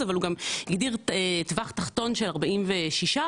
אבל הוא גם הגדיר טווח תחתון של 46%,